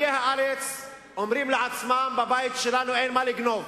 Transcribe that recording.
הארץ אומרים לעצמם: בבית שלנו אין מה לגנוב,